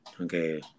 Okay